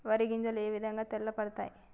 వరి గింజలు ఏ విధంగా తెల్ల పడతాయి?